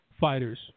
fighters